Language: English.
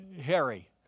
Harry